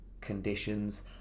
conditions